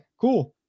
cool